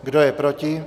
Kdo je proti?